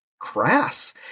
crass